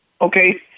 Okay